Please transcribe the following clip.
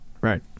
Right